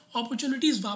opportunities